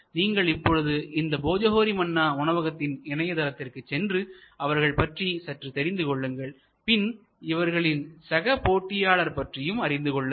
நீங்கள் இப்பொழுது இந்த போஜோஹோரி மன்னா உணவகத்தின் இணையதளத்திற்கு சென்று அவர்களைப் பற்றி சற்று தெரிந்து கொள்ளுங்கள் பின் இவர்களின் சக போட்டியாளர்கள் பற்றியும் அறிந்து கொள்ளுங்கள்